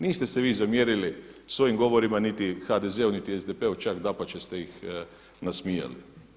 Niste se vi zamjerili s ovim govorima niti HDZ-u niti SDP-u, pa čak dapače ste ih nasmijali.